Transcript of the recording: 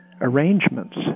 arrangements